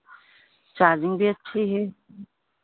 charging भी अच्छी है